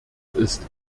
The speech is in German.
ist